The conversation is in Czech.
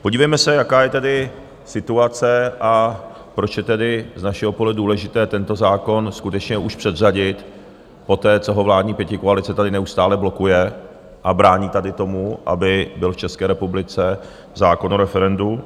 Podívejme se, jaká je tedy situace a proč je z našeho pohledu důležité tento zákon skutečně už předřadit poté, co ho vládní pětikoalice tady neustále blokuje a brání tady tomu, aby byl v České republice zákon o referendu.